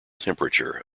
temperature